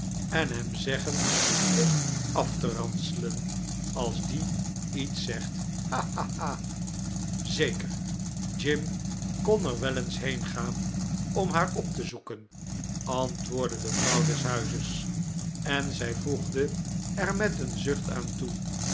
en hem zeggen pitt af te ranselen als die iets zegt ha ha ha zeker jim icon er wel eens heengaan om haar op te zoeken antwoordde de vrouw des huizes en zij voegde er met een zucht aan toe